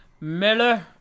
Miller